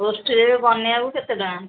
ପୋଷ୍ଟର୍ରେ କରିବାକୁ କେତେ ଟଙ୍କା